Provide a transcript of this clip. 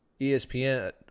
ESPN